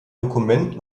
dokument